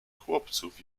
chłopców